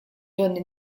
donne